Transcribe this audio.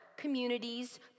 communities